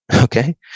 Okay